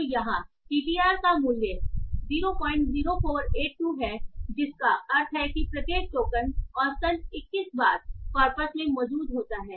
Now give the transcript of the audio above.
तो यहाँ TTR का मूल्य 00482 है जिसका अर्थ है कि प्रत्येक टोकन औसतन 21 बार कॉर्पस में मौजूद होता है